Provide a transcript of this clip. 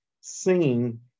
singing